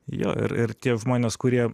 jo ir ir tie žmonės kurie